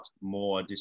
more